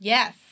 Yes